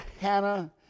Hannah